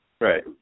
Right